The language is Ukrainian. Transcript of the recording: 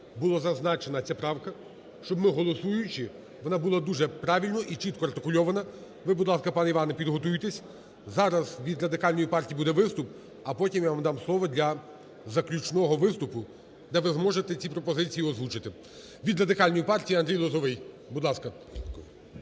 була зазначена ця правка, щоб ми, голосуючи, вона була дуже правильно і чітко артикульована. Ви, будь ласка, пане Іване, підготуйте. Зараз від Радикальної партії буде виступ, а потім я вам дам слово для заключного виступу, де ви зможете ці пропозиції озвучити. Від Радикальної партії Андрій Лозовий. Будь ласка.